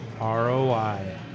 ROI